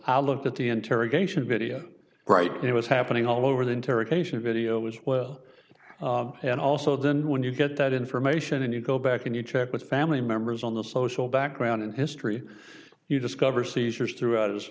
i looked at the interrogation video right it was happening all over the interrogation video as well and also then when you get that information and you go back and you check with family members on the social background and history you discover seizures throughout his